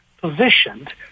positioned